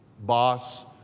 boss